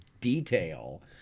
detail